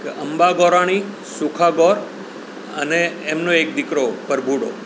કે અંબા ગોરાણી સૂખા ગોર અને એમનો એક દીકરો પરભુડો